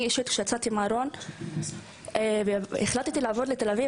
כשאני יצאתי מהארון והחלטתי לעבור לתל אביב,